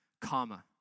comma